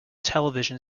television